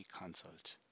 Consult